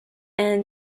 and